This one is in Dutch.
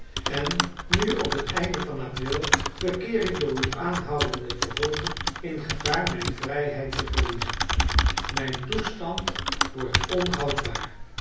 en nu op het einde van april verkeer ik door uw aanhoudende vervolging in gevaar mijn vrijheid te verliezen mijn toestand wordt onhoudbaar